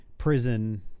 Prison